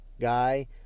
guy